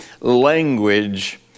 language